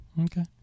Okay